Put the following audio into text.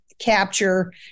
capture